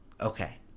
Okay